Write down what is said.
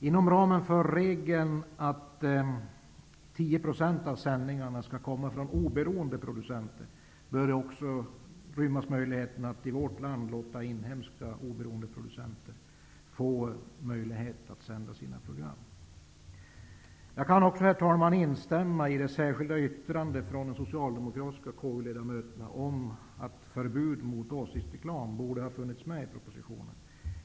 Inom ramen för regeln att 10 % av sändningarna skall komma från oberoende producenter bör också rymmas möjligheten att i vårt land låta inhemska oberoende producenter få möjlighet att sända sina program. Jag kan också, herr talman, instämma i det särskilda yttrandet från de socialdemokratiska KU ledamöterna om att förbud mot åsiktsreklam borde ha funnits med i propositionen.